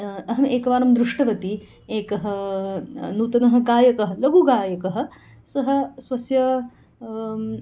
अहम् एकवारं दृष्टवती एकः नूतनः गायकः लघुगायकः सः स्वस्य